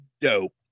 Dope